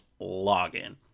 login